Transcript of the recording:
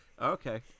okay